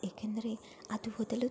ಏಕೆಂದರೆ ಅದು ಓದಲು